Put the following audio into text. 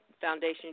Foundation